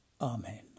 amen